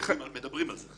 אנחנו מדברים על זה.